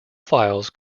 files